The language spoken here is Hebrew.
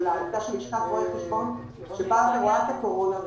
של לשכת רואי החשבון שבאה ורואה את הקורונה,